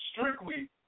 strictly